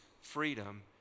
freedom